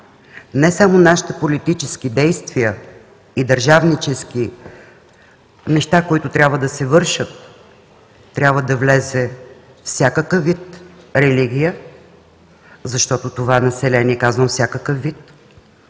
не само нашите политически действия и държавнически неща, които трябва да се вършат, трябва да влезе всякакъв вид религия, защото това население – казвам всякакъв вид,